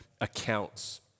accounts